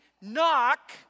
knock